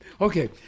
Okay